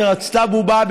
שרצתה בובה,